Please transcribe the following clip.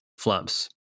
flumps